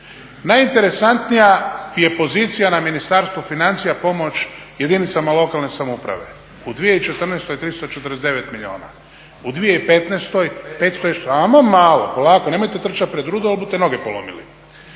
Najinteresantnija je pozicija na Ministarstvu financija pomoć jedinicama lokalne samouprave, u 2014. 349 milijuna, u 2015. … …/Upadica se ne čuje./… Samo malo, polako, nemojte trčati pred rudo jer budete noge polomili.